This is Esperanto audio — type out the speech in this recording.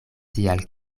tial